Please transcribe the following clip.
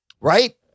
right